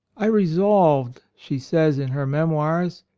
i resolved, she says in her memoirs,